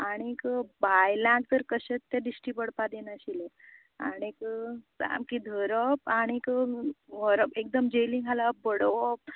आनी बांयलांक तर ते कशेंच दिश्टी पडपाक दिनाशिल्ले आनीक सामके धरप आनी व्हरप एकदम झेलींत घालप बडोवप